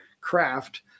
craft